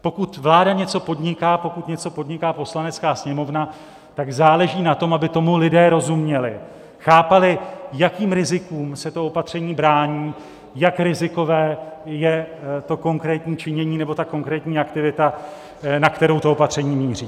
Pokud vláda něco podniká, pokud něco podniká Poslanecká sněmovna, tak záleží na tom, aby tomu lidé rozuměli, chápali, jakým rizikům se to opatření brání, jak rizikové je to konkrétní činění nebo ta konkrétní aktivita, na kterou to opatření míří.